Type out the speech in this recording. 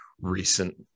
recent